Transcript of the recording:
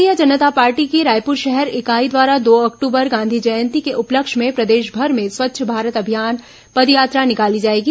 भारतीय जनता पार्टी की रायपुर शहर इकाई द्वारा दो अक्टूबर गांधी जयंती के उपलक्ष्य में प्रदेशभर में स्वच्छ भारत अभियान पदयात्रा निकाली जाएगी